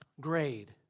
grade